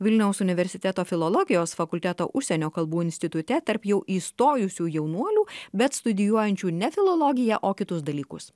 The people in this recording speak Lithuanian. vilniaus universiteto filologijos fakulteto užsienio kalbų institute tarp jau įstojusių jaunuolių bet studijuojančių ne filologiją o kitus dalykus